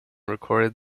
recorded